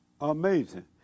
Amazing